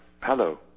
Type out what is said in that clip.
Hello